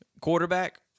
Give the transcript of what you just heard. quarterback